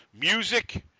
music